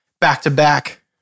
back-to-back